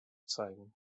zeigen